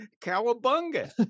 cowabunga